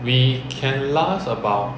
we can last about